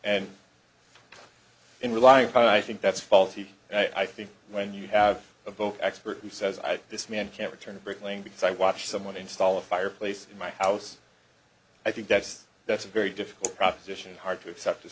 and in relying on i think that's faulty and i think when you have a vote expert who says i this man can't return bricklaying because i watch someone install a fireplace in my house i think that's that's a very difficult proposition hard to accept as